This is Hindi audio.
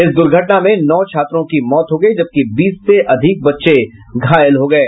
इस दुर्घटना में नौ छात्रों की मौत हो गयी जबकि बीस से अधिक बच्चे घायल हो गये